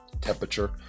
temperature